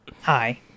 Hi